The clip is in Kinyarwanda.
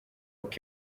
uko